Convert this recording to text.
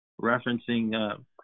referencing